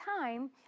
time